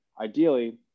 ideally